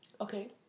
Okay